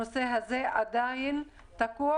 הנושא הזה עדיין תקוע.